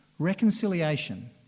Reconciliation